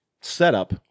setup